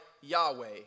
Yahweh